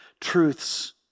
truths